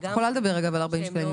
אבל את יכולה לדבר על 40 שקלים,